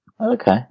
Okay